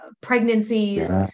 pregnancies